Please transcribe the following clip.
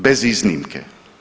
Bez iznimke.